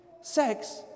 Sex